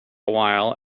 while